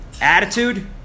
Attitude